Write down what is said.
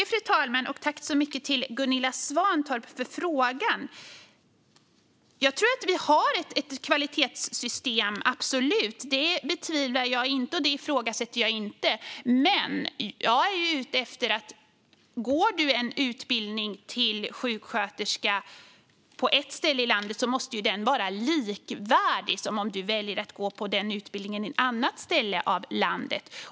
Fru talman! Tack så mycket, Gunilla Svantorp, för frågan! Jag tror absolut att vi har ett kvalitetssystem. Det betvivlar jag inte, och det ifrågasätter jag inte. Men jag är ute efter detta: En utbildning till sjuksköterska på ett ställe i landet måste vara likvärdig med den utbildningen på ett annat ställe i landet.